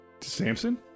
Samson